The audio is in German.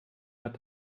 hat